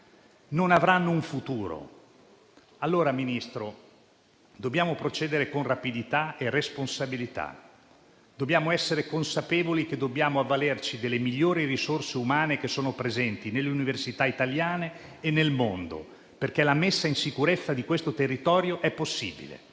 non avranno un futuro. Allora, signor Ministro, dobbiamo procedere con rapidità e responsabilità. Dobbiamo essere consapevoli che dobbiamo avvalerci delle migliori risorse umane che sono presenti nelle università italiane e nel mondo, perché la messa in sicurezza di questo territorio è possibile.